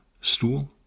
stool